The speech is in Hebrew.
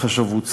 חשבות שכר.